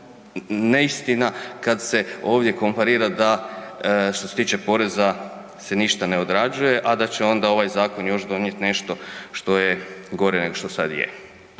neistina kad se ovdje komparira da, što se tiče poreza, se ništa ne odrađuje, a da će onda ovaj zakon još donijet nešto što je gore nešto što sad je.